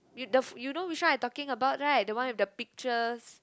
you the you know what I'm talking about right the one which pictures